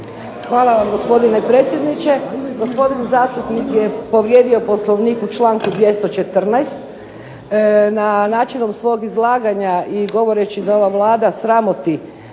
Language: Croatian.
Hvala vam gospodine predsjedniče. Gospodin zastupnik je povrijedio Poslovnik u članku 214. načinom svog izlaganja i govoreći da ova Vlada sramoti